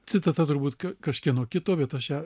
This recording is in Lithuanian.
citata turbūt kad kažkieno kito bet aš ją